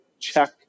check